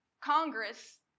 Congress